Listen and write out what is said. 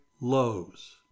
lows